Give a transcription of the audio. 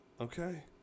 Okay